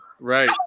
Right